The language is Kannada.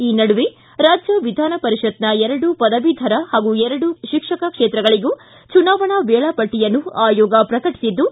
ಈ ನಡುವೆ ರಾಜ್ಯ ವಿಧಾನಪರಿಷತ್ನ ಎರಡು ಪದವೀಧರ ಹಾಗೂ ಎರಡು ಶಿಕ್ಷಕ ಕ್ಷೇತ್ರಗಳಿಗೂ ಚುನಾವಣಾ ವೇಳಾಪಟ್ಟಿಯನ್ನು ಆಯೋಗ ಪ್ರಕಟಿಸಿದ್ದು